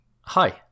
Hi